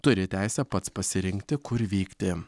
turi teisę pats pasirinkti kur vykti